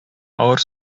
авыр